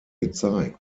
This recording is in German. gezeigt